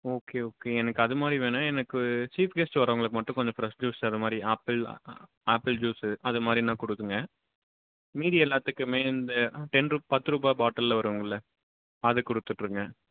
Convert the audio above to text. okay okay எனக்கு அது மாதிரி வேணும் எனக்கு சீஃப் கெஸ்ட் வர்றவங்களுக்கு மட்டும் கொஞ்சம் ஃப்ரெஷ் ஜூஸ் அது மாதிரி ஆப்பிள் ஆப்பிள் ஜூஸு அது மாதிரினா கொடுங்க மீதி எல்லாத்துக்குமே இந்த டென் ரூப் பத்து ரூபா பாட்டிலில் வருங்கல்லை அது கொடுத்து விட்ருங்க